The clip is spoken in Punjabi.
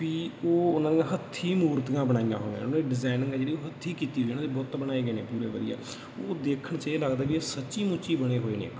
ਵੀ ਉਹ ਉਹਨਾਂ ਦੀਆਂ ਹੱਥੀਂ ਮੂਰਤੀਆਂ ਬਣਾਈਆਂ ਹੋਈਆਂ ਉਹਨਾਂ ਦੀ ਡਿਜਾਨਿੰਗ ਆ ਜਿਹੜੀ ਉਹ ਹੱਥੀਂ ਕੀਤੀ ਹੋਈ ਹੈ ਉਹਨਾਂ ਦੇ ਬੁੱਤ ਬਣਾਏ ਗਏ ਨੇ ਪੂਰੇ ਵਧੀਆ ਉਹ ਦੇਖਣ 'ਚ ਇਹ ਲੱਗਦਾ ਵੀ ਇਹ ਸੱਚੀ ਮੁੱਚੀ ਬਣੇ ਹੋਏ ਨੇ